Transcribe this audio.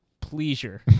pleasure